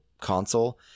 console